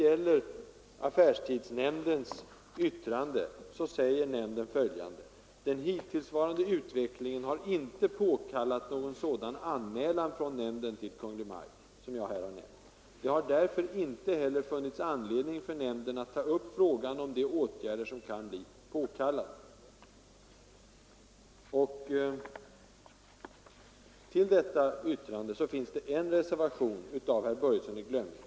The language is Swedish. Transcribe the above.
I sitt yttrande säger nämnden att den hittillsvarande utvecklingen inte har påkallat någon sådan anmälan — om ogynnsamma verkningar — från nämnden till Kungl. Maj:t och att det därför inte heller har funnits anledning för nämnden att ta upp frågan om de åtgärder som kan bli påkallade. Till detta yttrande finns det en reservation av herr Börjesson i Glömminge.